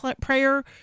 Prayer